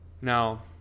Now